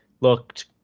Looked